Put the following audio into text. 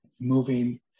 moving